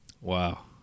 Wow